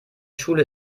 schule